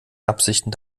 absichten